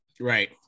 Right